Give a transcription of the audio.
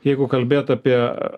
jeigu kalbėt apie